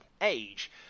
age